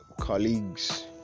colleagues